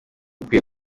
ukwiye